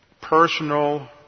personal